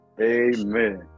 amen